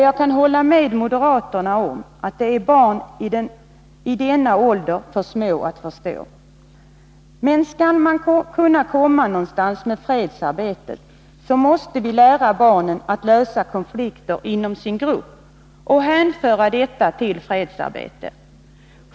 Jag kan hålla med moderaterna om att barn i denna ålder är för små för att förstå dem. Men skall vi komma någonstans med fredsarbetet måste vi lära barnen att lösa konflikter inom sin grupp och hänföra det till fredsarbete.